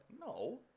No